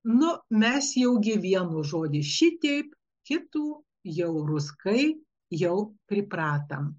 nu mes jau gi vieną žodį šitaip kitų jau ruskai jau pripratom